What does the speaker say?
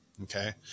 Okay